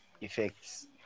effects